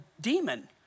demon